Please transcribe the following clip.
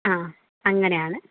ആ അങ്ങനെയാണ്